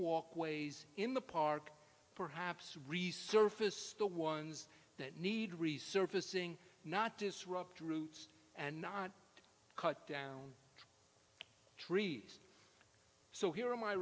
walkways in the park perhaps resurface the ones that need resurfacing not disrupt routes and not to cut down trees so here